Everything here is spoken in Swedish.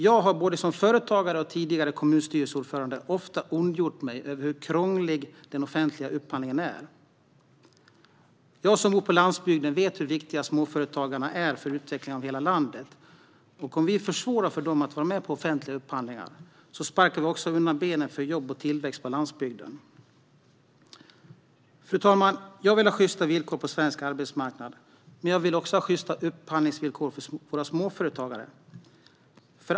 Jag har både som företagare och som tidigare kommunstyrelseordförande ofta ondgjort mig över hur krånglig den offentliga upphandlingen är. Jag som bor på landsbygden vet hur viktiga småföretagarna är för utveckling av hela landet. Om vi försvårar för dem att vara med vid offentliga upphandlingar sparkar vi också undan benen för jobb och tillväxt på landsbygden. Fru talman! Jag vill ha sjysta villkor på svensk arbetsmarknad, men jag vill också ha sjysta upphandlingsvillkor för våra småföretagare.